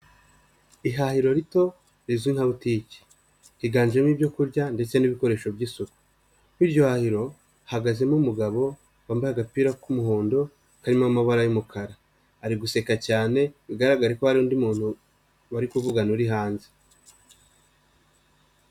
Ihahiro rito, rizwi nka butike, higanjemo ibyo kurya ndetse n'ibikoresho by'isuku, kuri iryohiro, hahagazemo umugabo, wambaye agapira k'umuhondo, karimo amabara y'umukara, ari guseka cyane, bigaragare ko hari undi muntu bari kuvugana uri hanze.